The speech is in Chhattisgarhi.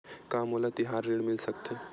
का मोला तिहार ऋण मिल सकथे?